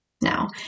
Now